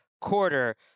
quarter